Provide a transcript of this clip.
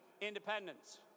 independence